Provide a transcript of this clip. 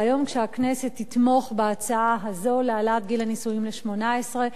והיום כשהכנסת תתמוך בהצעה הזאת להעלאת גיל הנישואים לשמונָה-עשרה,